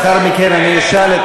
לאחר מכן אני אשאל,